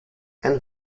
and